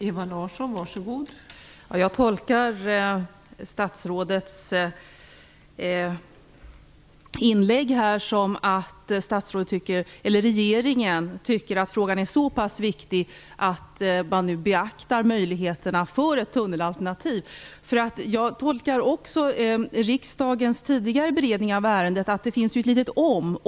Fru talman! Jag tolkar statsrådets inlägg som att regeringen tycker att frågan är så viktig att man nu beaktar ett tunnelalternativ. Jag tolkar också riksdagens tidigare beredning av ärendet som att det finns ett litet "om".